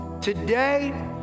Today